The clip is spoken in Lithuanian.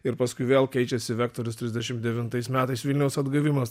ir paskui vėl keičiasi vektorius trisdešim devintais metais vilniaus atgavimas